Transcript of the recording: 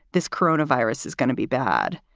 this corona virus is going to be bad.